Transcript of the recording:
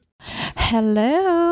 hello